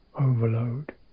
overload